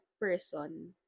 person